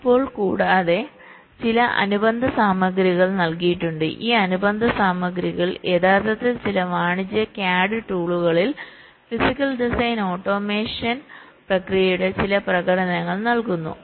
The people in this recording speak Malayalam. ഇപ്പോൾ കൂടാതെ ചില അനുബന്ധ സാമഗ്രികൾ നൽകിയിട്ടുണ്ട് ഈ അനുബന്ധ സാമഗ്രികൾ യഥാർത്ഥത്തിൽ ചില വാണിജ്യ CAD ടൂളുകളിൽ ഫിസിക്കൽ ഡിസൈൻ ഓട്ടോമേഷൻ പ്രക്രിയയുടെ ചില പ്രകടനങ്ങൾ നൽകുന്നു